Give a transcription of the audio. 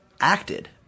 acted